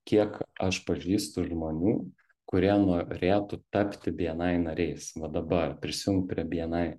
kiek aš pažįstu žmonių kurie norėtų tapti bni nariais va dabar prisijungt prie bni